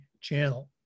channel